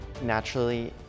Naturally